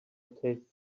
tastes